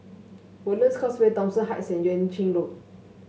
Woodlands Causeway Thomson Heights and Yuan Ching Road